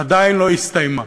עדיין לא הסתיים.